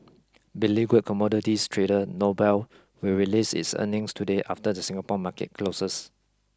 beleaguered commodities trader Noble will release its earnings today after the Singapore market closes